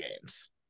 games